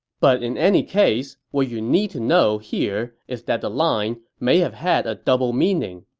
but in any case, what you need to know here is that the line may have had a double meaning,